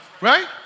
Right